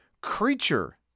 creature